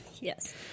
Yes